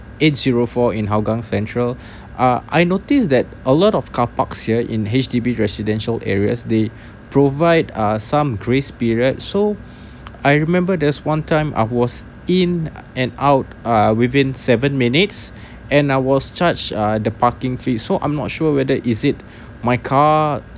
eight zero four in hougang central uh I notice that a lot of car park here in H_D_B residential areas they provide uh some grace period so I remember there's one time I was in and out uh within seven minutes and I was charge uh the parking fee so I'm not sure whether is it my car